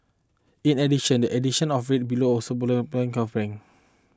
in addition the addition of rate below so below of bank coffee